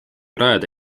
rajada